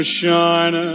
shine